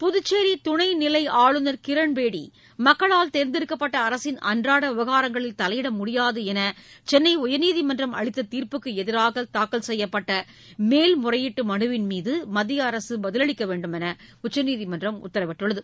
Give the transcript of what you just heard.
புதுச்சேரி துணைநிலை ஆளுநர் கிரண்பேடி மக்களால் தேர்ந்தெடுக்கப்பட்ட அரசின் அன்றாட விவகாரங்களில் தலையிட முடியாது என்று சென்னை உயர்நீதிமன்றம் அளித்த தீர்ப்புக்கு எதிராக தாக்கல் செய்யப்பட்ட மேல் முறையீட்டு மனுவின் மீது மத்திய அரசு பதிலளிக்குமாறு உச்சநீதிமன்றம் உத்தரவிட்டுள்ளது